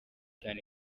cyane